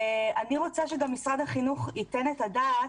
אני רוצה שגם משרד החינוך ייתן את הדעת,